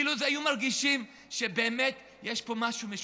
אילו היו מרגישים שבאמת יש פה משהו משותף.